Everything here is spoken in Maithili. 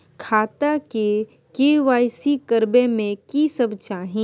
खाता के के.वाई.सी करबै में की सब चाही?